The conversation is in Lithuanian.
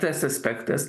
tas aspektas